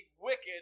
wicked